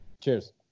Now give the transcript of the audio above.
cheers